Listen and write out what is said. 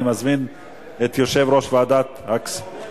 אני מזמין את יושב-ראש ועדת, זה